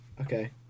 Okay